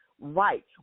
Right